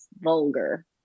vulgar